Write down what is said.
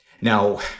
Now